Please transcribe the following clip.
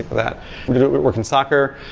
that we do work in soccer.